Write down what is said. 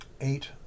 eight